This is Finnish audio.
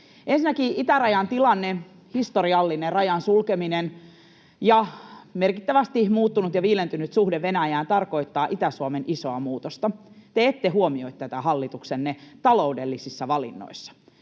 Ensinnäkin itärajan tilanne — historiallinen rajan sulkeminen ja merkittävästi muuttunut ja viilentynyt suhde Venäjään — tarkoittaa Itä-Suomeen isoa muutosta. Te ette huomioi tätä hallituksenne taloudellisissa valinnoissa.